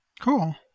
Cool